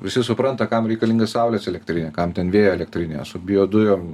visi supranta kam reikalinga saulės elektrinė kam ten vėjo elektrinė su biodujom